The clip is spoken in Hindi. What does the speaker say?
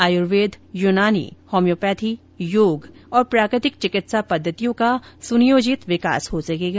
आयुर्वेद यूनानी होम्योपैथी योग और प्राकृतिक चिकित्सा पद्धतियों का सुनियोजित विकास हो सकेगा